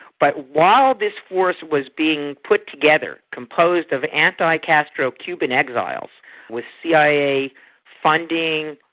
but while this force was being put together, composed of anti-castro cuban exiles with cia funding,